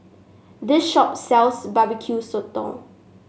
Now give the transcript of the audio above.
this shop sells Barbecue Sotong